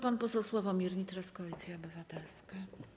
Pan poseł Sławomir Nitras, Koalicja Obywatelska.